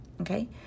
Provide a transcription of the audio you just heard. okay